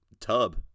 tub